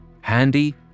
Handy